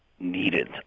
needed